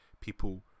People